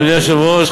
אדוני היושב-ראש,